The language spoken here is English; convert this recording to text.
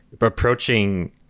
approaching